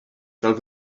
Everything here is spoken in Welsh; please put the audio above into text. fel